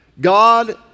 God